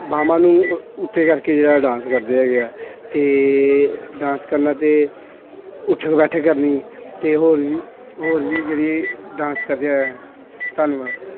ਬਾਹਾਂ ਨੂੰ ਉੱਤੇ ਕਰਕੇ ਜਿਹੜਾ ਡਾਂਸ ਕਰਦੇ ਹੈਗੇ ਆ ਅਤੇ ਡਾਂਸ ਕਰਨਾ ਅਤੇ ਉੱਠਕ ਬੈਠਕ ਕਰਨੀ ਅਤੇ ਹੋਰ ਵੀ ਹੋਰ ਵੀ ਜਿਹੜੇ ਡਾਂਸ ਕਰਦੇ ਆ ਧੰਨਵਾਦ